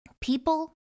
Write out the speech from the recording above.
People